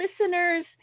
listeners